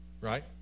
right